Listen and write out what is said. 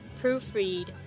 proofread